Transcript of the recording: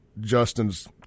Justin's